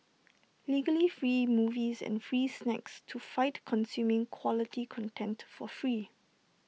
legally free movies and free snacks to fight consuming quality content for free